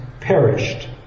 perished